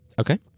Okay